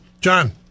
John